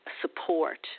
support